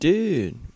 Dude